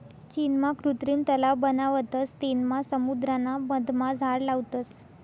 चीनमा कृत्रिम तलाव बनावतस तेनमा समुद्राना मधमा झाड लावतस